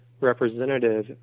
representative